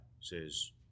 says